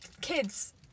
kids